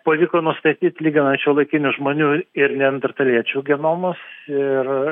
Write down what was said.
pavyko nustatyt lyginant šiuolaikinių žmonių ir neandertaliečių genomus ir